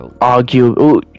argue